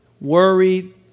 Worried